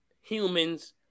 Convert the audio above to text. humans